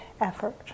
effort